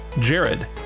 Jared